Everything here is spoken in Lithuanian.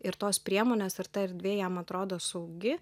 ir tos priemonės ir ta erdvė jam atrodo saugi